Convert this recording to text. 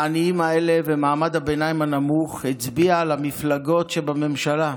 העניים האלה ומעמד הביניים הנמוך הצביעו למפלגות שבממשלה.